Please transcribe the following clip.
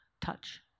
touch